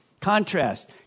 contrast